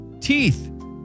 teeth